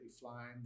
flying